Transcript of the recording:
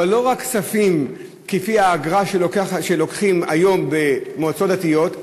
אבל לא רק כפי האגרה שלוקחים היום במועצות דתיות,